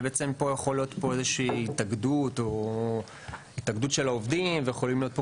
ופה יכולה להיות התאגדות של העובדים ויכולים להיות פה